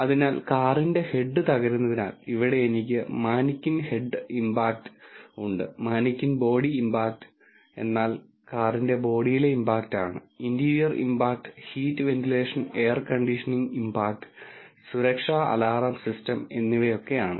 അതിനാൽ കാറിന്റെ ഹെഡ് തകരുന്നതിനാൽ ഇവിടെ എനിക്ക് മാനിക്കിൻ ഹെഡ് ഇംപാക്റ്റ് ഉണ്ട് മാനിക്കിൻ ബോഡി ഇംപാക്റ്റ് എന്നാൽ കാറിന്റെ ബോഡിയിലെ impact interior impact heat ventilation air conditioning impact സുരക്ഷാ അലാറം സിസ്റ്റം എന്നിവയൊക്കെയാണ്